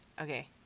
Okay